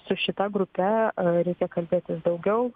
su šita grupe reikia kalbėtis daugiau